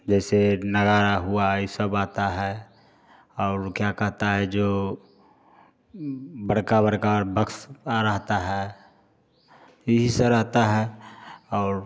जैसे नगाड़ा हुआ ये सब आता है और क्या कहता है जो बड़का बड़का बक्सा रहता है ये ही सब रहता है और